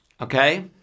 Okay